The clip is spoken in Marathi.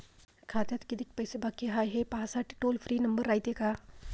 खात्यात कितीक पैसे बाकी हाय, हे पाहासाठी टोल फ्री नंबर रायते का?